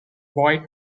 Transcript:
boy